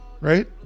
right